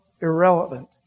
irrelevant